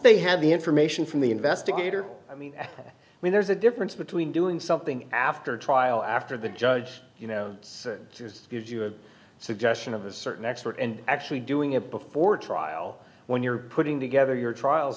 they had the information from the investigator i mean when there's a difference between doing something after trial after the judge you know said there's you do a suggestion of a certain expert and actually doing it before trial when you're putting together your trial